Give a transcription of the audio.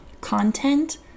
content